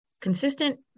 consistent